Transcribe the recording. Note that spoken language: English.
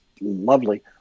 lovely